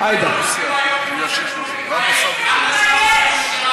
חוק ומשפט לפצל את הצעת חוק העונשין (תיקון מס' 130),